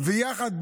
ויחד,